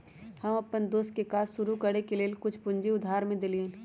हम अप्पन दोस के काज शुरू करए के लेल कुछ पूजी उधार में देलियइ हन